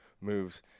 moves